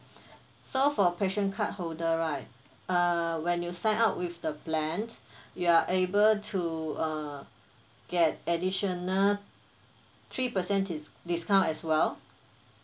so for passion card holder right uh when you sign up with the plans you are able to uh get additional three percent dis~ discount as well